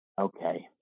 Okay